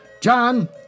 John